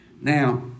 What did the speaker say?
Now